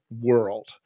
world